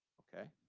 ok.